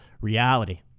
reality